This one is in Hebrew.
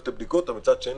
אבל מצד שני,